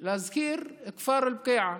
להזכיר, כפר אלבקיעה,